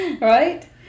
Right